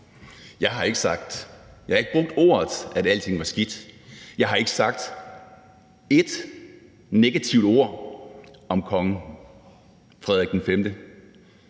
Jeg har ikke sagt, at alting var skidt. Jeg har ikke sagt ét negativt ord om Kong Frederik V.